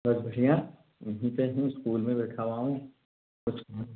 sir बढ़िया यहीं पर हूँ स्कूल में बैठा हुआ हूँ कुछ